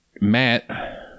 Matt